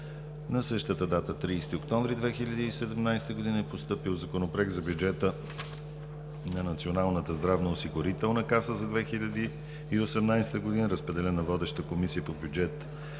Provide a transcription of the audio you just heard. На същата дата – 30 октомври 2017 г., е постъпил Законопроект за бюджета на Националната здравноосигурителна каса за 2018 г. Разпределен е на водещата Комисия по бюджет